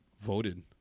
voted